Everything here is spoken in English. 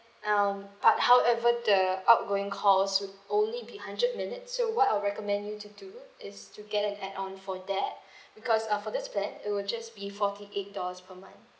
um but however the outgoing calls would only be hundred minutes so what I'll recommend you to do is to get an add on for that because uh for this plan it will just be forty eight dollars per month